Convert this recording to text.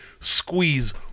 squeeze